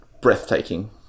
breathtaking